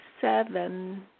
seven